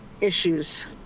issues